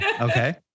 okay